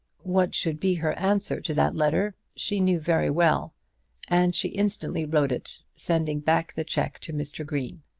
what should be her answer to that letter she knew very well and she instantly wrote it, sending back the cheque to mr. green.